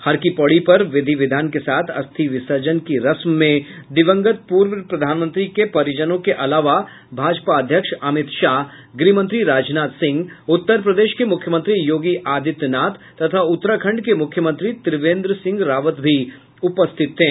हर की पौडी पर विधि विधान के साथ अस्थि विसर्जन की रस्म में दिवंगत पूर्व प्रधानमंत्री के परिजनों के अलावा भाजपा अध्यक्ष अमित शाह गृहमंत्री राजनाथ सिंह उत्तर प्रदेश के मुख्यमंत्री योगी आदित्यनाथ तथा उत्तराखंड के मुख्यमंत्री त्रिवेन्द्र सिंह रावत भी उपस्थित थे